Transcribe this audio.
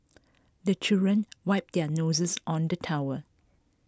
the children wipe their noses on the towel